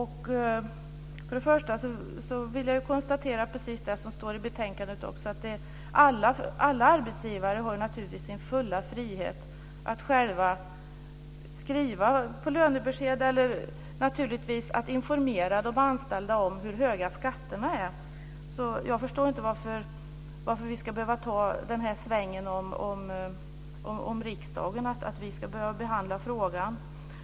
För det första kan jag konstatera att det står i betänkandet att alla arbetsgivare har sin fulla frihet att själva skriva på lönebeskedet och informera de anställda om hur höga skatterna är. Jag förstår inte varför vi ska behöva ta den här svängen om riksdagen och att vi ska behöva behandla frågan.